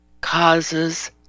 causes